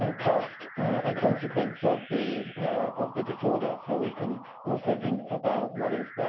ah cost and consequence of the of the disorder, so we can also think about what is